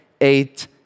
eight